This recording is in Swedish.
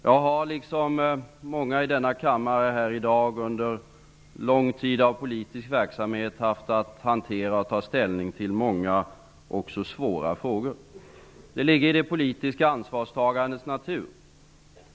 Jag har, liksom många i denna kammare här i dag, under lång tid av politisk verksamhet haft att hantera och ta ställning till många och även svåra frågor. Det ligger i det politiska ansvarstagandets natur.